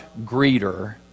greeter